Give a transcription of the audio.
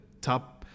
top